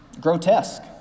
grotesque